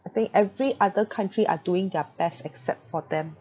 I think every other county are doing their best except for them